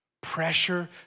pressure